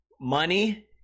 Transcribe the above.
Money